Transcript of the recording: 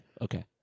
okay